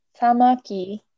tamaki